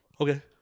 Okay